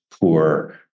poor